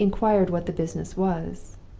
he inquired what the business was.